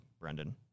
Brendan